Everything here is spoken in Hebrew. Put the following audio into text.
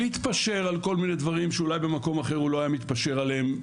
להתפשר על כל מיני דברים שאולי במקום אחר הוא לא היה מתפשר עליהם,